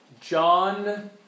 John